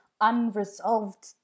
unresolved